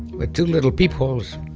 with two little peepholes.